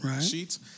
sheets